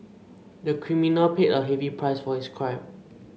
the criminal paid a heavy price for his crime